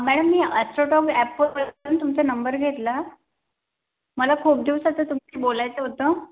madam मी Astrotalk ॲपवरून तुमचा नंबर घेतला मला खूप दिवसाचं तुमच्याशी बोलायचं होतं